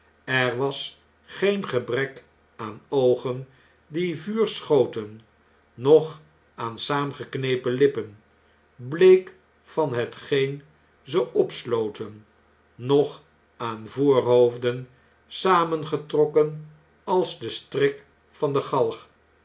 er was geen gebrek aan oogen die vuur schoten noch aan saamgenepen lippen bleek van hetgeen ze opsloten noch aan voorhoofden samengetrokken als de strik van de galg